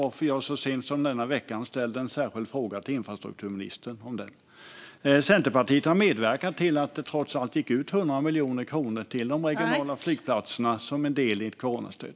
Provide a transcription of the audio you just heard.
Jag ställde så sent som denna vecka en särskild fråga till infrastrukturministern om den. Centerpartiet har medverkat till att det trots allt gick ut 100 miljoner kronor till de regionala flygplatserna som en del i ett coronastöd.